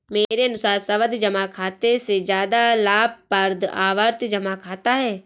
मेरे अनुसार सावधि जमा खाते से ज्यादा लाभप्रद आवर्ती जमा खाता है